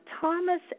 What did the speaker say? Thomas